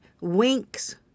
Winks